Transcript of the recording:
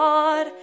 God